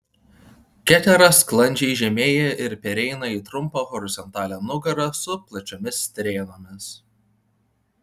ketera sklandžiai žemėja ir pereina į trumpą horizontalią nugarą su plačiomis strėnomis